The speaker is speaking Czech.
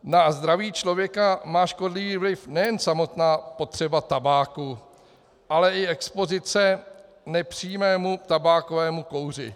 Na zdraví člověka má škodlivý vliv nejen samotná potřeba tabáku, ale i expozice nepřímému tabákovému kouři.